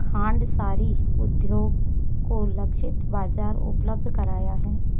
खांडसारी उद्योग को लक्षित बाजार उपलब्ध कराया है